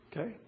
Okay